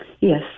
Yes